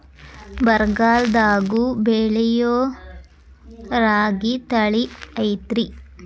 ಬರಗಾಲದಾಗೂ ಬೆಳಿಯೋ ರಾಗಿ ತಳಿ ಐತ್ರಿ?